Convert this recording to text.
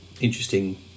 interesting